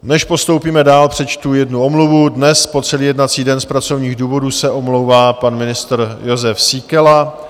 Než postoupíme dál, přečtu jednu omluvu: dnes po celý jednací den z pracovních důvodů se omlouvá pan ministr Jozef Síkela.